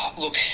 Look